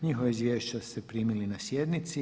Njihova izvješća ste primili na sjednici.